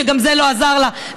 שגם זה לא עזר לה,